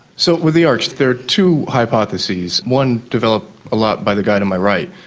so, with the arch there are two hypotheses, one developed a lot by the guy to my right,